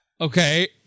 Okay